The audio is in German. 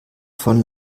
von